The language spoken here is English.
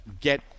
get